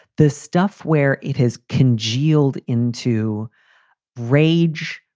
this stuff where it has congealed into rage,